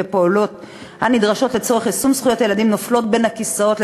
ופעולות הנדרשות לצורך יישום זכויות הילדים נופלות בין הכיסאות,